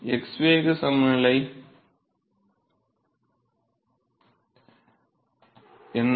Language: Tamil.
x வேக சமநிலை என்ன